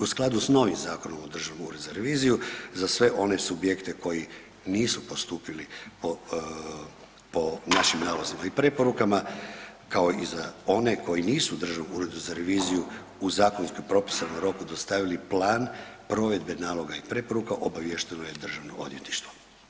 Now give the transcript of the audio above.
U skladu s novim Zakonom o Državnim uredom za reviziju, za sve one subjekte koji nisu postupili po našim nalozima i preporukama, kao i za one koji nisu u Državnom uredu za reviziju u zakonskom propisanom roku dostavili plan provedbe naloga i preporuka, obaviješteno je Državno odvjetništvo.